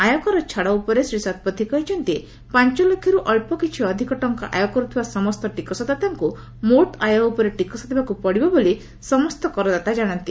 ଆୟକର ଛାଡ଼ ଉପରେ ଶ୍ରୀ ଶତପଥୀ କହିଛନ୍ତି ପାଞ୍ଚ ଲକ୍ଷର୍ ଅଳ୍ପ କିଛି ଅଧିକ ଟଙ୍କା ଆୟ କରୁଥିବା ସମସ୍ତ ଟିକସଦାତାଙ୍କୁ ମୋଟ୍ ଆୟ ଉପରେ ଟିକସ ଦେବାକୁ ପଡ଼ିବ ବୋଲି ସମସ୍ତ କରଦାତା କାଶନ୍ତି